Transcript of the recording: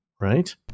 right